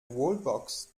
wallbox